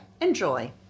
enjoy